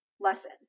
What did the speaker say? lesson